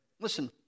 Listen